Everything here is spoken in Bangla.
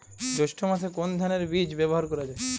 জৈষ্ঠ্য মাসে কোন ধানের বীজ ব্যবহার করা যায়?